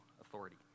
authority